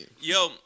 Yo